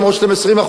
אף-על-פי שאתם 20%,